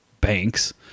banks